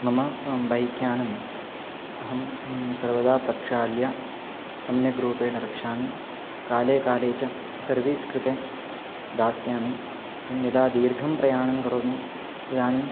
मम बैक्यानम् अहं सर्वदा प्रक्षाल्य सम्यग्रूपेण रक्षामि काले काले च सर्वीस् कृते दास्यामि एवं यदा दीर्घं प्रयाणं करोमि तदानीम्